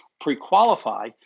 Pre-qualify